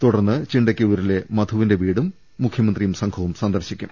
തുടർന്ന് ചിണ്ടക്കി ഊരിലെ മധുവിന്റ വീടും മുഖ്യമന്ത്രിയും സംഘവും സന്ദർശിക്കും